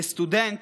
כסטודנט